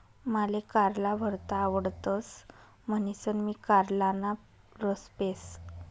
माले कारला भरता आवडतस म्हणीसन मी कारलाना रस पेस